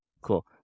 Cool